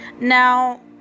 Now